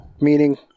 meaning